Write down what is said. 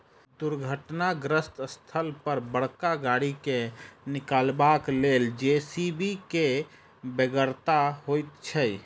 दुर्घटनाग्रस्त स्थल पर बड़का गाड़ी के निकालबाक लेल जे.सी.बी के बेगरता होइत छै